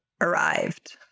arrived